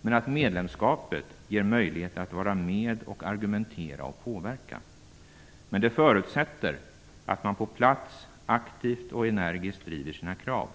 Men medlemskapet ger möjlighet att vara med och argumentera och påverka. Det förutsätter dock att man på plats aktivt och energiskt driver sina krav.